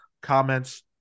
comments